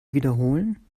wiederholen